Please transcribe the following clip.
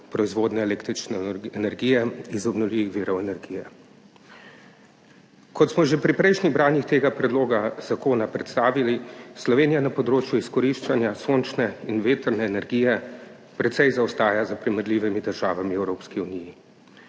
proizvodnje električne energije iz obnovljivih virov energije. Kot smo že pri prejšnjih branjih tega predloga zakona predstavili, Slovenija na področju izkoriščanja sončne in vetrne energije precej zaostaja za primerljivimi državami v Evropski uniji.